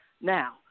Now